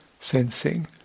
sensing